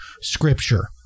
scripture